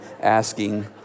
asking